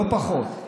לא פחות,